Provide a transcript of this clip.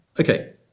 Okay